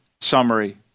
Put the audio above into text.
summary